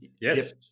Yes